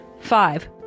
Five